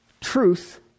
Truth